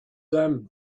them